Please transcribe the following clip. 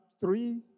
three